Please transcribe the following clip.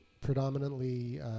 predominantly